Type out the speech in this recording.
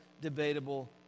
debatable